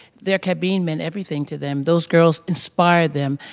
their cabine meant everything to them. those girls inspired them.